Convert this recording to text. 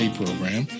program